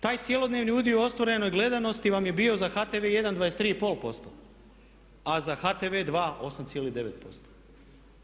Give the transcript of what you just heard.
Taj cjelodnevni udio u ostvarenoj gledanosti vam je bio za HTV 1 23,5% a za HTV 8,9%